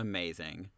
Amazing